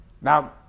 Now